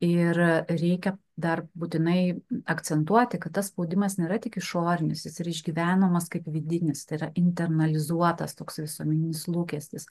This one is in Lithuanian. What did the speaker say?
ir reikia dar būtinai akcentuoti kad tas spaudimas nėra tik išorinis jis yra išgyvenamas kaip vidinis tai yra internalizuotas toks visuomeninis lūkestis